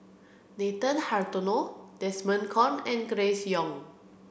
Nathan Hartono Desmond Kon and Grace Young